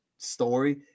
story